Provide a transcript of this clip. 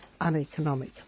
uneconomic